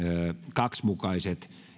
kaksi mukaiset